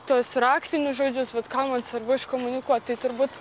tuos raktinius žodžius vat ką man svarbu iškomunikuot tai turbūt